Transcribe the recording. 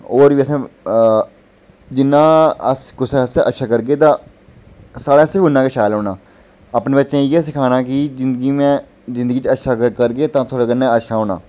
और बी अस जिन्ना कुसै आस्तै ठीक करगे ते साढ़े आस्तै बी उन्ना गै शैल होना अपने बच्चे गी इ'यै सिक्खना में कि जिंदगी च अच्छा करगे तां थुआढ़े कन्नै अच्छा होना